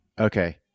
okay